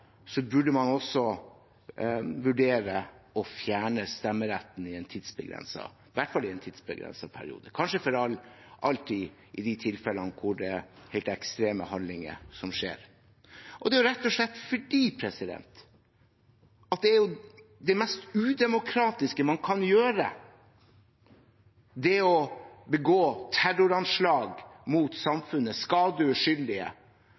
burde man vurdere å fjerne stemmeretten, i hvert fall i en tidsbegrenset periode, og kanskje for alltid i de tilfellene hvor det er helt ekstreme handlinger som skjer. Det er rett og slett fordi det er det mest udemokratiske man kan gjøre: å begå terroranslag mot samfunnet og skade uskyldige